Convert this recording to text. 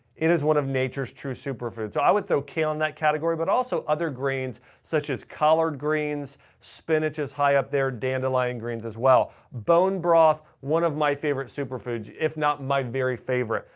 it is one of nature's true super foods. i would throw kale in that category, but also other greens such as collard greens, spinach is high up there, dandelion greens as well. bone broth, one of my favorite super foods, if not my very favorite.